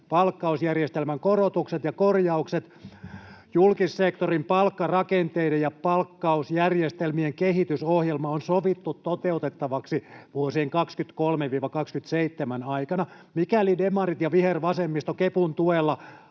palkkausjärjestelmien korotukset ja korjaukset. Julkissektorin palkkarakenteiden ja palkkausjärjestelmien kehitysohjelma on sovittu toteutettavaksi vuosien 23—27 aikana. Mikäli demarit ja vihervasemmisto kepun tuella